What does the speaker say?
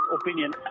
opinion